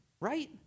right